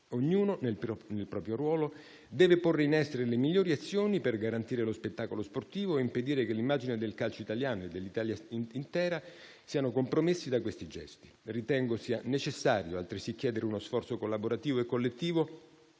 Ognuno nel proprio ruolo deve porre in essere le migliori azioni per garantire lo spettacolo sportivo e impedire che l'immagine del calcio italiano e dell'Italia intera siano compromessi da gesti del genere. Ritengo sia necessario, altresì, chiedere uno sforzo collaborativo e collettivo,